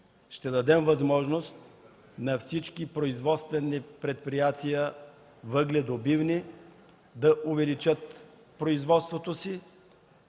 ще дадем възможност на всички производствени предприятия – въгледобивни, да увеличат производството си,